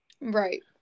Right